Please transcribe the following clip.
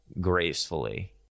gracefully